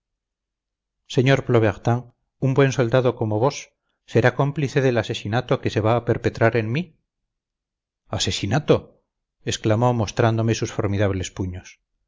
sr plobertin un buen soldado como vos será cómplice del asesinato que se va a perpetrar en mí asesinato exclamó mostrándome sus formidables puños